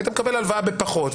היית מקבל הלוואה בפחות.